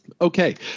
okay